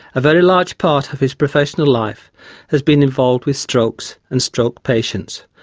a very large part of his professional life has been involved with strokes and stroke patients.